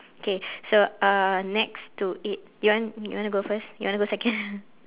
okay so uh next to it you want you want to go first you want to go second